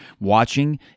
watching